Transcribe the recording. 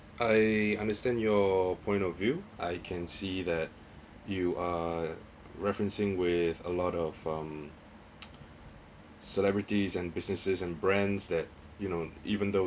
I understand your point of view I can see that you are referencing with a lot of um celebrities and businesses and brands that you know even though